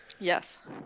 Yes